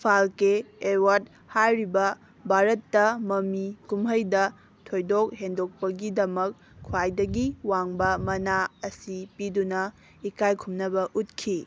ꯐꯥꯜꯀꯦ ꯑꯦꯋꯥꯔꯠ ꯍꯥꯏꯔꯤꯕ ꯚꯥꯔꯠꯇ ꯃꯃꯤ ꯀꯨꯝꯍꯩꯗ ꯊꯣꯏꯗꯣꯛ ꯍꯦꯟꯗꯣꯛꯄꯒꯤꯗꯃꯛ ꯈ꯭ꯋꯥꯏꯗꯒꯤ ꯋꯥꯡꯕ ꯃꯅꯥ ꯑꯁꯤ ꯄꯤꯗꯨꯅ ꯏꯀꯥꯏ ꯈꯨꯝꯅꯕ ꯎꯠꯈꯤ